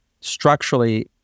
structurally